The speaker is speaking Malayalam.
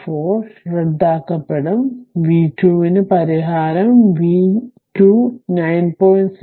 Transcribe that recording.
4 റദ്ദാക്കപ്പെടും v 2 ന് പരിഹാരം v 2 9